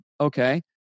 Okay